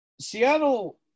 Seattle